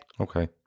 Okay